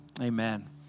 Amen